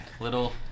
little